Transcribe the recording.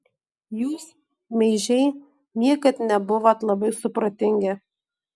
jūs meižiai niekad nebuvot labai supratingi